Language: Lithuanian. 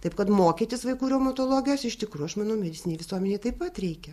taip kad mokytis vaikų reumatologijos iš tikrų aš manau medicininei visuomenei taip pat reikia